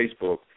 Facebook